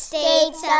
States